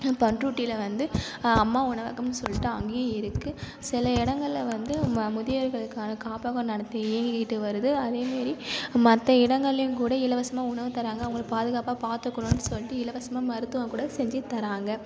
பண்ருட்டியில் வந்து அம்மா உணவகம் சொல்லிட்டு அங்கேயும் இருக்குது சில இடங்களில் வந்து முதியோர்களுக்கான காப்பகம் நடத்திக்கிட்டு வருது அதே மாரி மற்ற இடங்கள்ளையும் கூட இலவசமாக உணவு தராங்கள் அவங்களை பாதுகாப்பாக பார்த்துக்கணும்னு சொல்லிட்டு இலவசமாக மருத்துவம் கூட செஞ்சு தராங்கள்